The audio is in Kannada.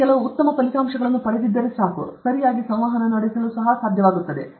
ನೀವು ಕೆಲವು ಉತ್ತಮ ಫಲಿತಾಂಶಗಳನ್ನು ಪಡೆದಿದ್ದರೆ ಸಾಕು ನೀವು ಸರಿಯಾಗಿ ಸಂವಹನ ನಡೆಸಲು ಸಹ ಸಾಧ್ಯವಾಗುತ್ತದೆ